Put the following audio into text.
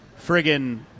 friggin